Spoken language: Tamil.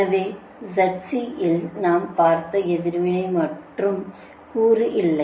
எனவே Zc இல் நாம் பார்த்த எதிர்வினை கூறு இல்லை